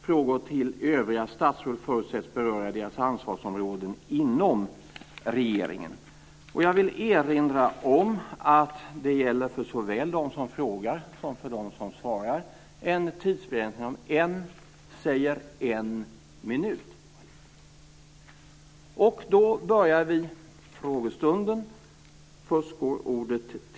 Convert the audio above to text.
Frågor till övriga statsråd förutsätts beröra deras ansvarsområden inom regeringen. Jag vill erinra om att för såväl dem som frågar som för dem som svarar gäller en tidsbegränsning om en, säger en, minut.